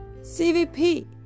CVP